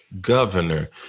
governor